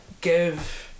give